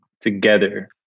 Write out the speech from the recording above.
together